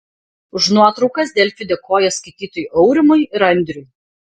už nuotraukas delfi dėkoja skaitytojui aurimui ir andriui